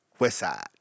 Westside